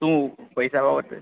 શું પૈસા બાબતે